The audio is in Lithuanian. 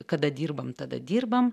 kada dirbam tada dirbam